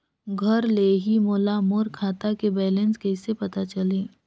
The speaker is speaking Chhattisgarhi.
घर ले ही मोला मोर खाता के बैलेंस कइसे पता चलही?